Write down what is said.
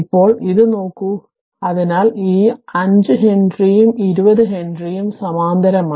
ഇപ്പോൾ ഇത് നോക്കൂ അതിനാൽ ഈ 5 ഹെൻറിയും 20 ഹെൻറിയും സമാന്തരമായി